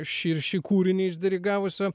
šį ir šį kūrinį išdirigavusio